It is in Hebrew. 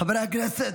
חברי הכנסת,